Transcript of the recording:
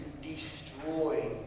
destroy